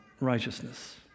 righteousness